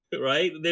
right